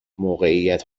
موقعیت